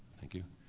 thank you,